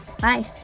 Bye